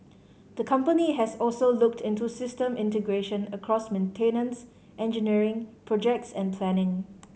the company has also looked into system integration across maintenance engineering projects and planning